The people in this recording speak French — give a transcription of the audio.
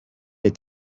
est